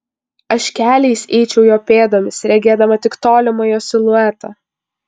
aš keliais eičiau jo pėdomis regėdama tik tolimą jo siluetą